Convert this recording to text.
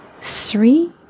three